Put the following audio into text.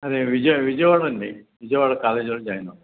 అదే విజయ్ విజయవాడ అండి విజయవాడ కాలేజీలో జాయినవు